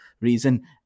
reason